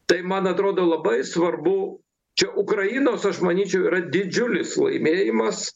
tai man atrodo labai svarbu čia ukrainos aš manyčiau yra didžiulis laimėjimas